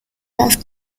las